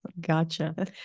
Gotcha